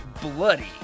bloody